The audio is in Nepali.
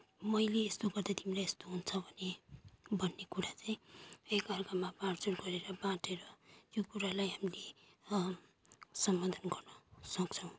मैले यस्तो गर्दा तिमीलाई यस्तो हुन्छ भने भन्ने कुरा चाहिँ एकाअर्कामा बाँडचुँड गरेर बाँडेर यो कुरालाई हामीले सम्बोधन गर्नसक्छौँ